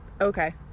Okay